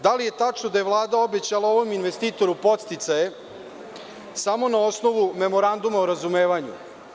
Da li je tačno da je Vlada obećala ovom investitoru podsticaje samo na osnovu memoranduma o razumevanju?